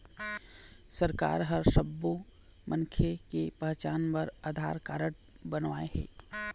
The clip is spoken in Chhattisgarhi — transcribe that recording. सरकार ह सब्बो मनखे के पहचान बर आधार कारड बनवाए हे